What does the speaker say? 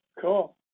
Cool